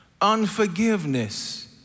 unforgiveness